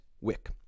wick